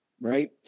right